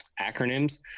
acronyms